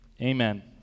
Amen